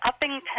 Uppington